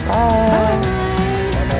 Bye